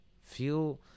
Feel